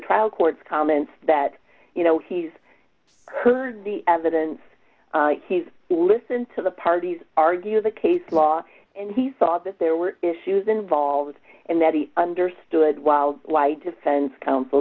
trial court's comments that you know he's heard the evidence he's listened to the parties argue the case law and he saw that there were issues involved and that he understood while why defense counsel